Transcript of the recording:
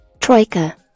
Troika